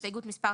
הסתייגות מס'